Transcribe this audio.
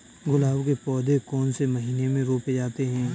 गुलाब के पौधे कौन से महीने में रोपे जाते हैं?